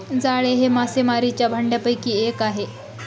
जाळे हे मासेमारीच्या भांडयापैकी एक आहे